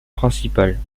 principale